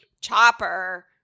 Chopper